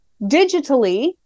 digitally